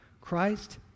Christ